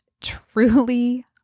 truly